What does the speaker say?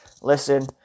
listen